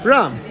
Ram